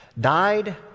died